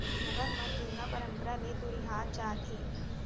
लोगन मन जुन्ना परंपरा ले दुरिहात जात हें